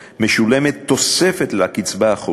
משולמת תוספת לקצבה החודשית